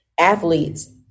athletes